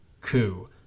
coup